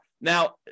Now